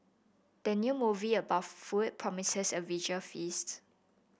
the new movie about food promises a visual feast